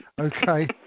okay